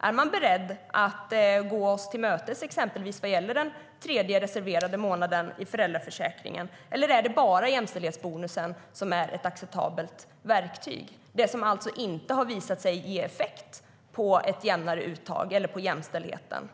Är Moderaterna beredda att gå oss till mötes exempelvis vad gäller den tredje reserverade månaden i föräldraförsäkringen, eller är det bara jämställdhetsbonusen som är ett acceptabelt verktyg, det som alltså inte har visat sig ge effekt på ett jämnare uttag eller på jämställdheten?